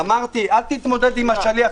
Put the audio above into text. תתמודד עם השליח.